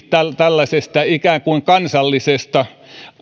tällaisesta ikään kuin kansallisesta